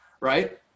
right